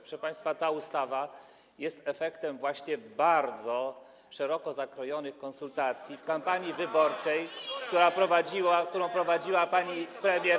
Proszę państwa, ta ustawa jest efektem właśnie bardzo szeroko zakrojonych konsultacji w kampanii wyborczej, [[Poruszenie, wesołość na sali]] którą prowadziła pani premier.